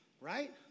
Right